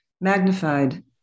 magnified